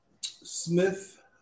Smith